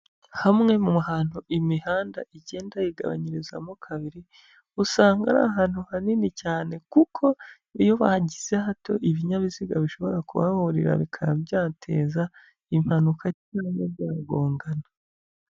Hamwe mu hantu imihanda igenda yigabanyirizamo kabiri, usanga ari ahantu hanini cyane, kuko iyo bahagize hato ibinyabiziga bishobora kubahahurira bikaba byateza impanuka cyangwa byagongana.